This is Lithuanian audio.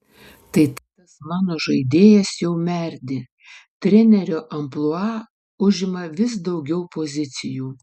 tai tas mano žaidėjas jau merdi trenerio amplua užima vis daugiau pozicijų